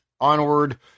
onward